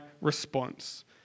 response